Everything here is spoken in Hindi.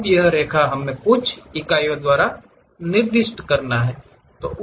अब यह रेखा हमे कुछ इकाइयों को निर्दिष्ट करना चाहते हैं